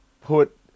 put